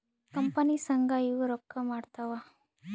company ಸಂಘ ಇವು ರೊಕ್ಕ ಮಾಡ್ತಾವ